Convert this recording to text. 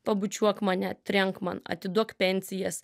pabučiuok mane trenk man atiduok pensijas